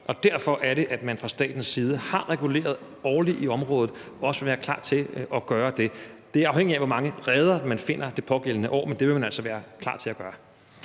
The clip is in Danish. Derfor er det, at man fra statens side har reguleret årligt i området, og at man også vil være klar til at gøre det. Det er afhængigt af, hvor mange reder man finder det pågældende år, men det vil man altså være klar til at gøre.